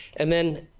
and then,